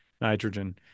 nitrogen